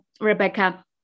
Rebecca